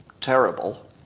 terrible